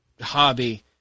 hobby